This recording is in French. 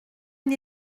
une